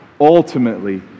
ultimately